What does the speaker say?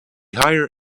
higher